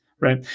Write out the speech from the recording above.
right